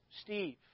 Steve